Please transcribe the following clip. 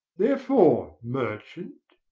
therefore, merchant,